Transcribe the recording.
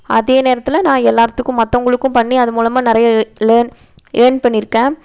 அதே நேரத்தில் நான் எல்லாத்துக்கும் மற்றவங்களுக்கும் பண்ணி அது மூலமாக நிறைய லேர்ன் ஏர்ன் பண்ணியிருக்கேன்